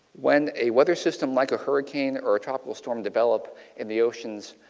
when a weather system like a hurricane or tropical storm develops in the ocean's,